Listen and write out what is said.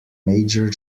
major